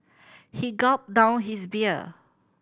he gulped down his beer